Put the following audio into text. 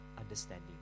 understanding